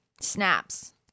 Snaps